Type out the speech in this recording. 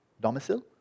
domicile